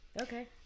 okay